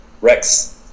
Rex